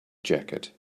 jacket